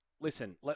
listen